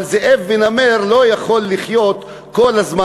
אבל זאב ונמר לא יכולים לחיות כל הזמן.